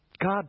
God